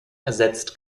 ersetzt